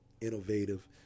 innovative